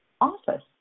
office